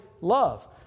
love